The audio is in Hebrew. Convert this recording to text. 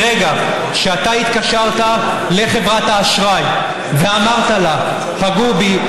מרגע שאתה התקשרת לחברת האשראי ואמרת לה: פגעו בי,